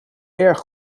erg